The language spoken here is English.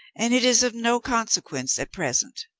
and it is of no consequence at present.